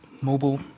mobile